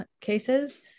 cases